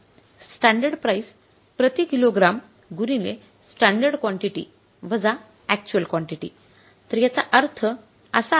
standard price प्रति kilogram गुणिले standard quantity वजा अकयच्युअल कॉन्टिटी